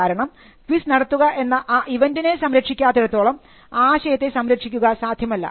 കാരണം ക്വിസ് നടത്തുക എന്ന ആ ഇവൻറിനെ സംരക്ഷിക്കാത്തിടത്തോളം ആശയത്തെ സംരക്ഷിക്കുക സാധ്യമല്ല